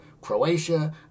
Croatia